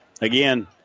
again